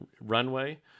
runway